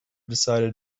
decided